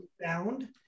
bound